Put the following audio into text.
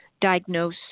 diagnose